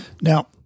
Now